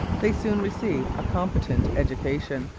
they soon receive a competent education.